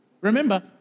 Remember